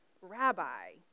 Rabbi